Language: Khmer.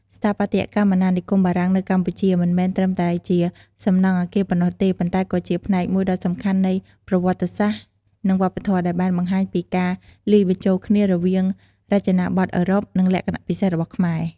ស្ថាបត្យកម្មអាណានិគមបារាំងនៅកម្ពុជា មិនមែនត្រឹមតែជាសំណង់អគារប៉ុណ្ណោះទេ ប៉ុន្តែក៏ជាផ្នែកមួយដ៏សំខាន់នៃប្រវត្តិសាស្ត្រ និងវប្បធម៌ដែលបានបង្ហាញពីការលាយបញ្ចូលគ្នារវាងរចនាបថអឺរ៉ុប និងលក្ខណៈពិសេសរបស់ខ្មែរ។